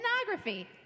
Pornography